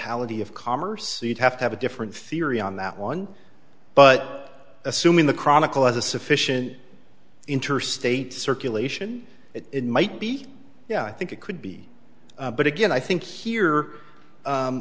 ty of commerce you'd have to have a different theory on that one but assuming the chronicle has a sufficient interstate circulation it might be yeah i think it could be but again i think here